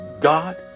God